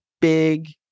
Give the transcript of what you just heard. big